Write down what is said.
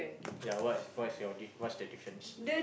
ya what what's your what's the difference